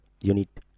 unit